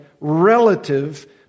relative